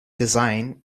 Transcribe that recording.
design